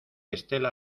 estela